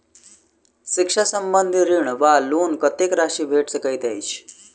शिक्षा संबंधित ऋण वा लोन कत्तेक राशि भेट सकैत अछि?